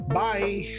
bye